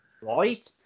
Right